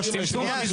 שנייה,